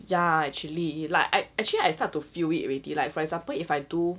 ya actually like I actually I start to feel it already like for example if I do